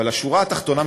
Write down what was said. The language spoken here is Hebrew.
אבל השורה התחתונה,